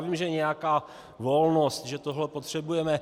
Vím, že je nějaká volnost, že tohle potřebujeme.